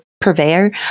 purveyor